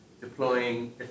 deploying